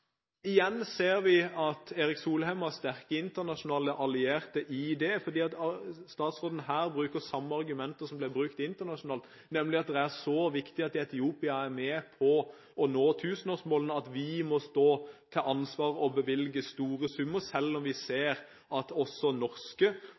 Igjen ser vi at Erik Solheim har sterke internasjonale allierte, fordi statsråden her brukte samme argumenter som blir brukt internasjonalt, nemlig at det er så viktig at Etiopia er med på å nå tusenårsmålene at vi må stå til ansvar og bevilge store summer selv om vi